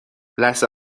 لثه